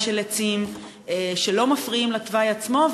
של עצים שלא מפריעים לתוואי עצמו.